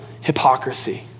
hypocrisy